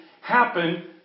happen